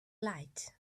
light